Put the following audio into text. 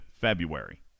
February